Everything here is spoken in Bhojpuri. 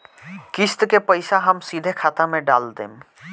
किस्त के पईसा हम सीधे खाता में डाल देम?